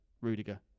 Rudiger